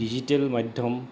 digital মাধ্যম